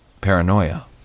paranoia